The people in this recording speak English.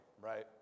right